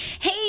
Hey